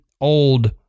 old